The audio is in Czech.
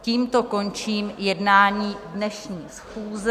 Tímto končím jednání dnešní schůze.